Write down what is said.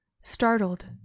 Startled